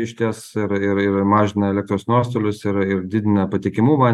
išties ir ir ir mažina elektros nuostolius ir ir didina patikimumą